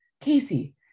Casey